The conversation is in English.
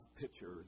pictures